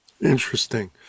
Interesting